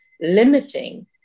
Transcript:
limiting